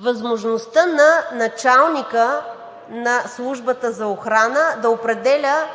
възможността на началника на Службата за охрана да определя